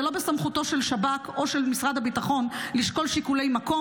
זה לא בסמכותו של שב"כ או של משרד הביטחון לשקול שיקולי מקום.